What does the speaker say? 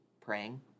praying